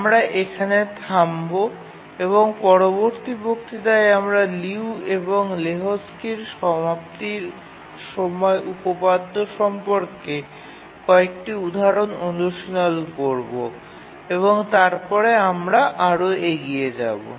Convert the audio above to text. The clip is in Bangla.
আমরা এখানে থামব এবং পরবর্তী বক্তৃতায় আমরা লিউ এবং লেহোকস্কির সমাপ্তির সময় উপপাদ্য সম্পর্কে কয়েকটি উদাহরণ অনুশীলন করব এবং তারপরে আমরা আরও এগিয়ে যাব